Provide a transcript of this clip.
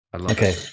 Okay